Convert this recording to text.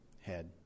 head